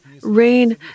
rain